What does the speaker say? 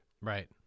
Right